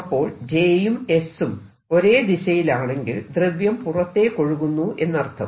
അപ്പോൾ j യും s ഉം ഒരേ ദിശയിലാണെങ്കിൽ ദ്രവ്യം പുറത്തേക്കൊഴുകുന്നു എന്നർത്ഥം